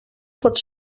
pot